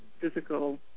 physical